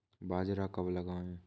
बाजरा कब लगाएँ?